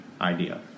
idea